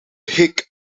hik